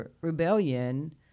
rebellion